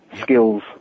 skills